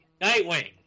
Nightwing